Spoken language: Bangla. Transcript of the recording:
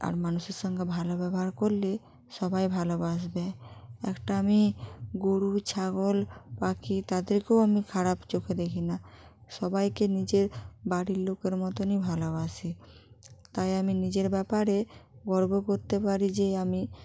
আর মানুষের সঙ্গে ভালো ব্যবহার করলে সবাই ভালোবাসবে একটা আমি গরু ছাগল পাখি তাদেরকেও আমি খারাপ চোখে দেখি না সবাইকে নিজের বাড়ির লোকের মতনই ভালোবাসি তাই আমি নিজের ব্যাপারে গর্ব করতে পারি যে আমি